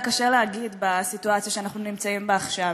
קשה להגיד בסיטואציה שאנחנו נמצאים בה עכשיו.